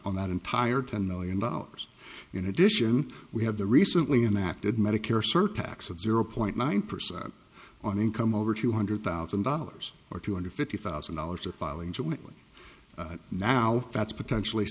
on that entire ten million dollars in addition we have the recently in that did medicare surtax of zero point nine percent on income over two hundred thousand dollars or two hundred fifty thousand dollars or filing jointly now that's potentially